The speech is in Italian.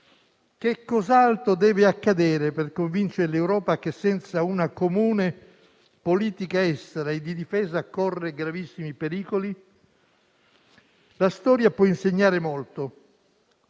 che cos'altro deve accadere per convincere l'Europa che senza una comune politica estera e di difesa corre gravissimi pericoli? La storia può insegnare molto.